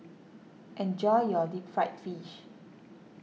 enjoy your Deep Fried Fish